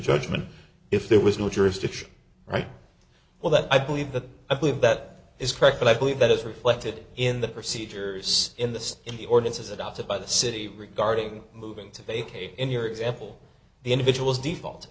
judgment if there was no jurisdiction all right well that i believe that i believe that is correct but i believe that is reflected in the procedures in the in the ordnance adopted by the city regarding moving to vacate in your example the individual's default